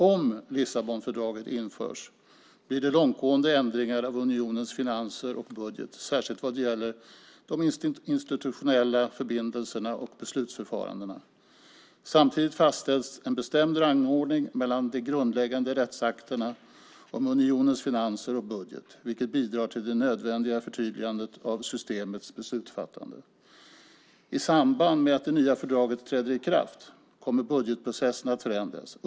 Om Lissabonfördraget införs blir det långtgående ändringar av unionens finanser och budget, särskilt vad gäller de institutionella förbindelserna och beslutsförfarandena. Samtidigt fastställs en bestämd rangordning mellan de grundläggande rättsakterna om unionens finanser och budget, vilket bidrar till det nödvändiga förtydligandet av systemets beslutsfattande. I samband med att det nya fördraget träder i kraft kommer budgetprocessen att förändras.